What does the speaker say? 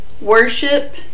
worship